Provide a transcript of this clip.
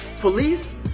police